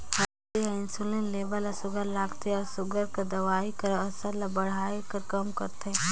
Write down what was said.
हरदी हर इंसुलिन लेबल ल सुग्घर राखथे अउ सूगर कर दवई कर असर ल बढ़ाए कर काम करथे